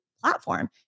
platform